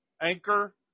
anchor